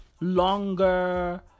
Longer